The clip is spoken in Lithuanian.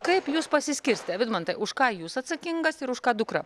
kaip jūs pasiskirstę vidmantai už ką jūs atsakingas ir už ką dukra